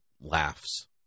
laughs